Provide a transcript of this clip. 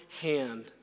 hand